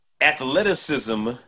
athleticism